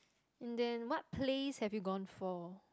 and then what plays have you gone for